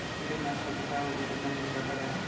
कीटकनाशकाचो फळावर्ती परिणाम जाता काय?